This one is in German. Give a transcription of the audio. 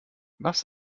was